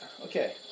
Okay